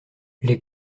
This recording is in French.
les